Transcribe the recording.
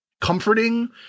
comforting